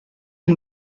amb